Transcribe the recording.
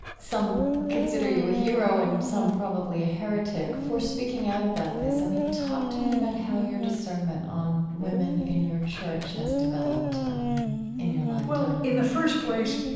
some consider you a hero and some probably a heretic for speaking out about this. i mean, talk to me about how your discernment on women in your church has developed in your lifetime like well, and in the first place,